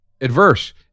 adverse